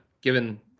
given